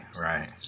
right